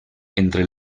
entre